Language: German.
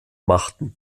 machten